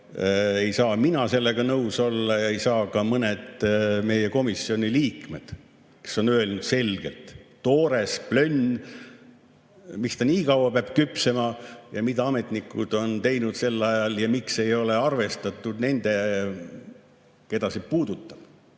Ei saa mina sellega nõus olla ja ei saa ka mõned teised meie komisjoni liikmed, kes on öelnud selgelt: toores plönn. Miks ta nii kaua peab küpsema ja mida ametnikud on teinud sel ajal? Ja miks ei ole arvestatud neid, keda see puudutab?